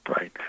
Right